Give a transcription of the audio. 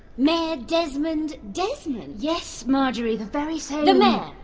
mayor desmond desmond? yes, marjorie the very same! the mayor?